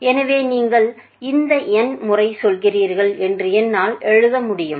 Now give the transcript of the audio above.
எனவே நீங்கள் இதை n முறை சொல்கிறீர்கள் என்று என்னால் எழுத முடியும்